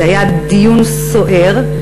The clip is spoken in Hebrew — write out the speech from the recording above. זה היה דיון סוער,